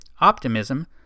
optimism